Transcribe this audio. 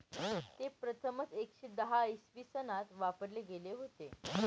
ते प्रथमच एकशे दहा इसवी सनात वापरले गेले होते